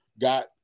got